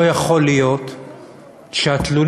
לא יכול להיות שהתלונות